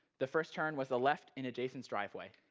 the first turn was the left into jason's driveway.